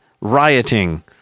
rioting